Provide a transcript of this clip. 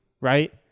right